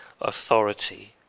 authority